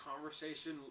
conversation